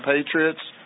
Patriots